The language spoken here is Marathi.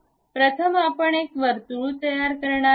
प्रथम आपण एक वर्तुळ तयार करणार आहोत